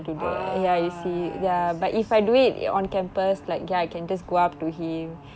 ah I see I see ya oh